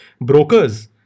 brokers